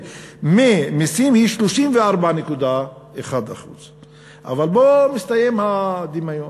ממסים היא 34.1%. אבל פה מסתיים הדמיון.